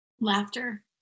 Laughter